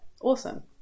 awesome